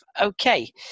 Okay